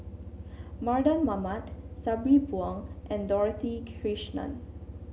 Mardan Mamat Sabri Buang and Dorothy Krishnan